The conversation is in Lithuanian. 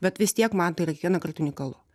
bet vis tiek man tai yra kiekvienąkart unikalu